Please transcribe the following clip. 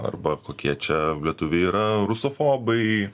arba kokie čia lietuviai yra rusofobai